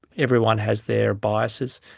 everyone has their biases,